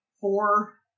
four